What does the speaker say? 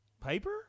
Piper